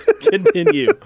continue